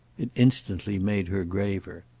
it instantly made her graver.